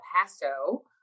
Paso